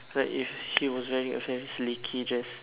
like if she was wearing a very sleeky dress